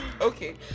okay